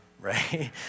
right